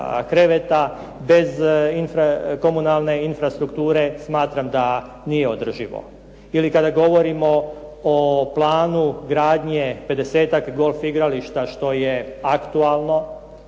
bez komunalne infrastrukture smatram da nije održivo. Ili kada govorimo o planu gradnje 50-ak golf igrališta što je aktualno.